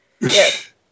Yes